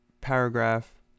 paragraph